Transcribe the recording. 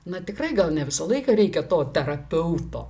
na tikrai gal ne visą laiką reikia to terapeuto